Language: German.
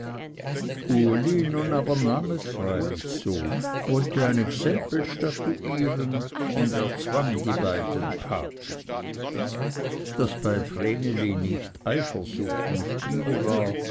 aber nahm es freilich so wollte ein exempel statuieren und erzwang die beiden paten daß bei vreneli nicht eifersucht im spiel war